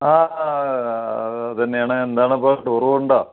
ആ അത് അതുതന്നെയാണ് എന്താണിപ്പോൾ ടൂർ പോവുന്നുണ്ടോ